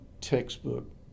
textbook